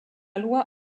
loi